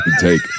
take